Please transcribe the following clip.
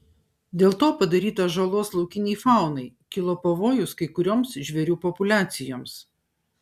dėl to padaryta žalos laikinei faunai kilo pavojus kai kurioms žvėrių populiacijoms